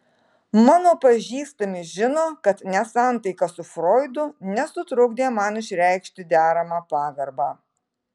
mano pažįstami žino kad nesantaika su froidu nesutrukdė man išreikšti deramą pagarbą